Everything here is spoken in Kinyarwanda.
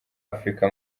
afurika